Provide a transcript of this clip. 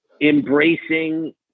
Embracing